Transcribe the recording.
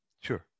Sure